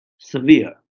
severe